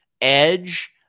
Edge